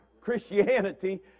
Christianity